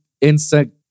insect